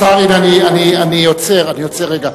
השר, אני עוצר רגע.